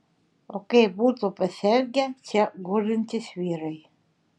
o kaip būtų pasielgę čia gulintys vyrai